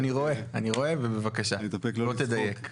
אני רואה, אני רואה, בבקשה, בוא תדייק.